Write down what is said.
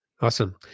Awesome